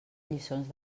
lliçons